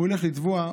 הוא ילך לתבוע,